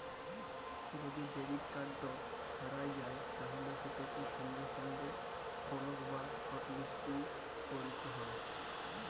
যদি debit card হারাঁয় যায় তাইলে সেটকে সঙ্গে সঙ্গে বলক বা হটলিসটিং ক্যইরতে হ্যয়